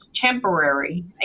temporary